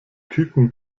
küken